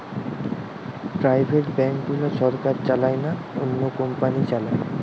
private bank গুলা সরকার চালায় না, অন্য কোম্পানি চালায়